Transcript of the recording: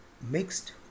mixed